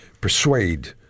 persuade